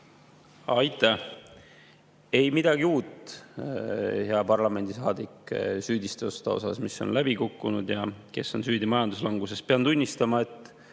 Aitäh! Ei ole midagi uut, hea parlamendisaadik, süüdistustes, et mis on läbi kukkunud ja kes on süüdi majanduslanguses. Pean tunnistama, et